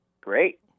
Great